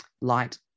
light